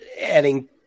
adding